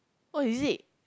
oh is it